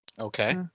Okay